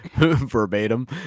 verbatim